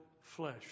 flesh